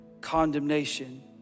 condemnation